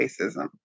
racism